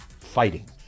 fighting